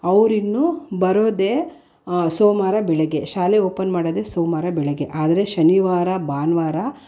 ಅವ್ರು ಇನ್ನೂ ಬರೋದೇ ಸೋಮವಾರ ಬೆಳಗ್ಗೆ ಶಾಲೆ ಓಪನ್ ಮಾಡೋದೇ ಸೋಮವಾರ ಬೆಳಗ್ಗೆ ಆದರೆ ಶನಿವಾರ ಭಾನುವಾರ